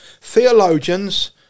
theologians